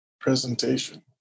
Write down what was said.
presentation